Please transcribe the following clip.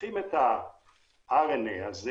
עוטפים את הרנ"א הזה